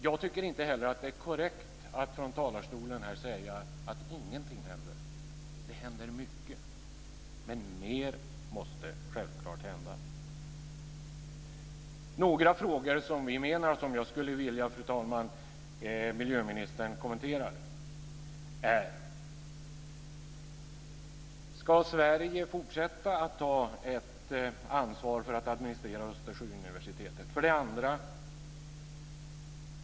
Jag tycker inte heller att det är korrekt att från talarstolen säga att ingenting händer. Det händer mycket. Men mer måste självklart hända. Några frågor som jag skulle vilja att miljöministern kommenterar är följande: Ska Sverige fortsätta att ta ett ansvar för att administrera Östersjöuniversitetet?